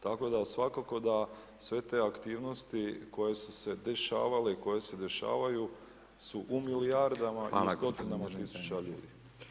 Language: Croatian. Tako da svakako da sve te aktivnosti, koje su se dešavale i koje se dešavaju su u milijardama i stotinama tisuća ljudi.